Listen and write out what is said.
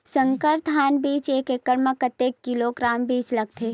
संकर धान बीज एक एकड़ म कतेक किलोग्राम बीज लगथे?